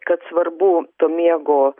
kad svarbu to miego